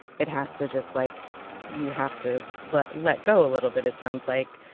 it has to just, like you have to let let go a little bit, it sounds like.